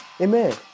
amen